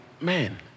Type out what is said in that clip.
man